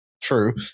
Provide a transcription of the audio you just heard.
true